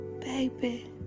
Baby